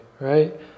right